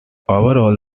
overall